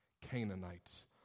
Canaanites